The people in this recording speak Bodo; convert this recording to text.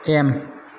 एम